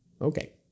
Okay